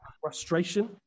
frustration